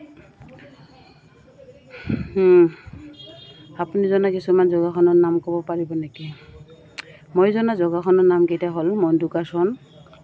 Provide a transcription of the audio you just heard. আপুনি জনা কিছুমান যোগাসনৰ নাম ক'ব পাৰিব নেকি মই জনা যোগাসনৰ নামকেইটা হ'ল মধুকাসন